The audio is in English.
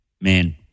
man